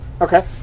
Okay